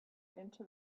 into